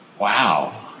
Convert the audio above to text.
wow